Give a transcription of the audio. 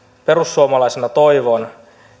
perussuomalaisena toivon